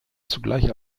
zugleich